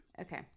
Okay